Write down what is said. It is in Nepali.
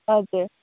हजुर